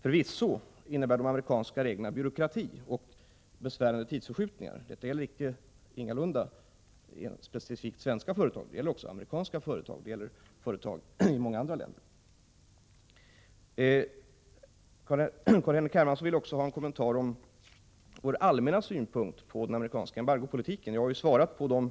Förvisso innebär de amerikanska reglerna byråkrati och besvärande fördröjningar, men reglerna gäller ingalunda enbart för svenska företag utan också för företag i många andra länder, liksom för amerikanska företag. Carl-Henrik Hermansson ville också få veta våra allmänna synpunkter beträffande den amerikanska embargopolitiken. Jag har ju svarat på de